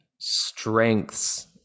strengths